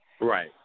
Right